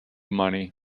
money